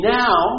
now